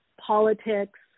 politics